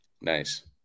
Nice